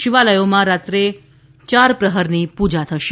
શિવાલયોમાં રાત્રે ચાર પ્રહરની પૂજા થશે